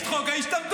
את חוק ההשתמטות.